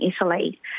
Italy